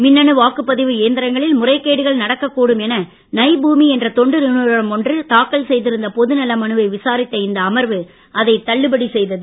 மின்னணு வாக்குப்பதிவு எந்திரங்களில் முறைகேடுகள் நடக்கக்கூடும் என நைபூமி என்ற தொண்டு நிறுவனம் ஒன்று தாக்கல் செய்திருந்த பொதுநல மனுவை விசாரித்த இந்த அமர்வு அதை தள்ளுபடி செய்தது